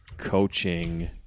coaching